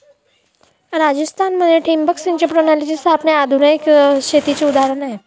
राजस्थान मध्ये ठिबक सिंचन प्रणालीची स्थापना हे आधुनिक शेतीचे उदाहरण आहे